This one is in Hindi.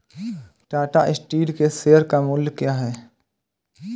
टाटा स्टील के शेयर का मूल्य क्या है?